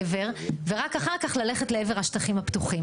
ורק אחר כך ללכת לעבר השטחים הפתוחים.